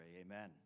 amen